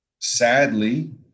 sadly